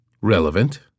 Relevant